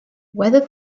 whether